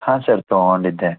ಹಾಂ ಸರ್ ತಗೋಂಡಿದ್ದೆ